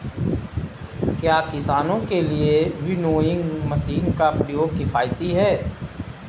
क्या किसानों के लिए विनोइंग मशीन का प्रयोग किफायती है?